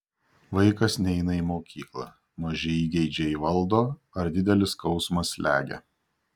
vaikas neina į mokyklą maži įgeidžiai valdo ar didelis skausmas slegia